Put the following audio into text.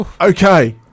Okay